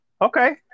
okay